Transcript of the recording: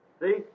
See